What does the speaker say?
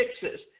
fixes